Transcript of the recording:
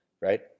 right